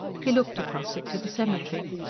he looked across it to the cemetery.